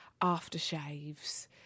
aftershaves